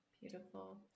Beautiful